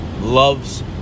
loves